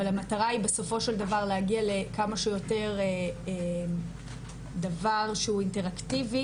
אבל המטרה היא בסופו של דבר להגיע לכמה שיותר דבר שהוא אינטראקטיבי